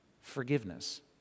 forgiveness